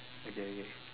okay okay